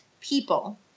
people